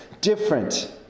different